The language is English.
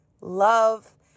love